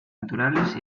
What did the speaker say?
naturales